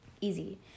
Easy